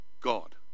God